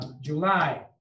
July